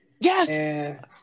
Yes